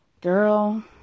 Girl